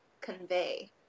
convey